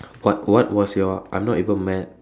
what what was your I'm not even mad